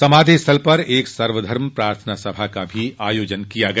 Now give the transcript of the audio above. समाधि स्थल पर एक सर्वधर्म प्रार्थना सभा का भी आयोजन किया गया